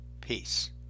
Peace